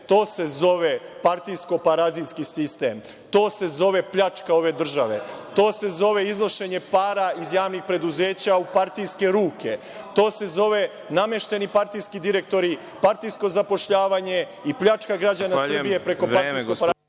To se zove partijsko-parazitski sistem. To se zove pljačka ove države. To se zove iznošenje para iz javnih preduzeća u partijske ruke. To se zove namešteni partijski direktori, partijsko zapošljavanje i pljačka građana Srbije preko partijsko-parazitskog